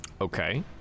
Okay